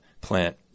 Plant